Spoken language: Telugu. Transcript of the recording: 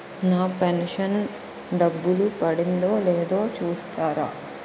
నా పెను షన్ డబ్బులు పడిందో లేదో చూస్తారా?